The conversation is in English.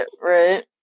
right